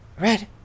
Red